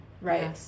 Right